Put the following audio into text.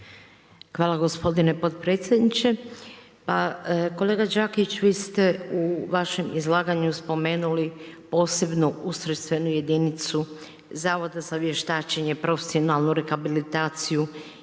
Hvala gospodine potpredsjedniče. Pa kolega Đakić vi ste u vašem izlaganju spomenuli posebno ustrojstvenu jedinicu Zavoda za vještačenje, profesionalnu rehabilitaciju